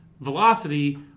velocity